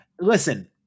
listen